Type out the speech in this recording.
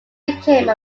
became